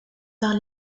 par